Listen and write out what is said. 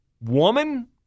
woman